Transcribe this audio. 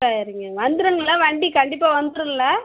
சரிங்க வந்துடுங்களா வண்டி கண்டிப்பாக வந்துடுங்களா